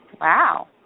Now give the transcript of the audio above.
Wow